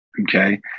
okay